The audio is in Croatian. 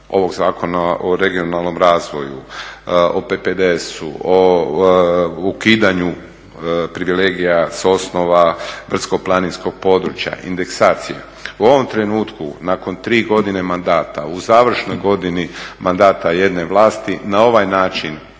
ovog Zakona o regionalnom razvoju, o PPDS-u, o ukidanju privilegija s osnova brdsko planinskog područja, indeksacija, u ovom trenutku, nakon 3 godine mandata u završnoj godini mandata jedne vlasti, na ovaj način